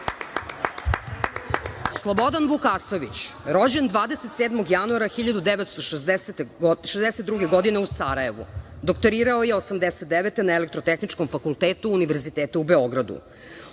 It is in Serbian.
evo. Slobodan Vukasović, rođen 27. januara 1962. godine u Sarajevu. Doktorirao je 1989. godine na Elektrotehničkom fakultetu Univerziteta u Beogradu.